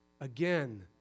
again